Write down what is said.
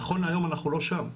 נכון להיום אנחנו לא שם.